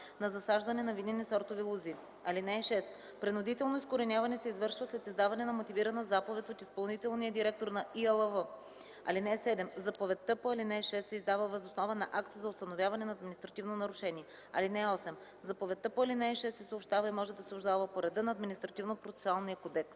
на засаждане на винени сортове лози. (6) Принудително изкореняване се извършва след издаване на мотивирана заповед от изпълнителния директор на ИАЛВ. (7) Заповедта по ал. 6 се издава въз основа на акт за установяване на административно нарушение. (8) Заповедта по ал. 6 се съобщава и може да се обжалва по реда на Административнопроцесуалния кодекс.”